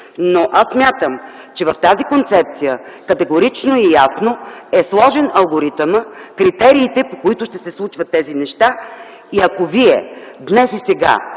Но аз смятам, че в тази концепция категорично и ясно е сложен алгоритъмът, критериите, по които ще се случват тези неща и вие днес и сега,